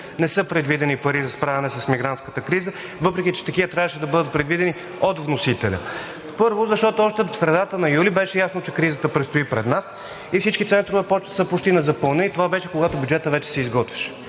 не са предвидени пари за справяне с мигрантската криза, въпреки че такива трябваше да бъдат предвидени от вносителя. Първо, защото още в средата на месец юли беше ясно, че кризата предстои пред нас и всички центрове са почти незапълнени. Това беше, когато бюджетът вече се изготвяше.